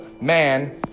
man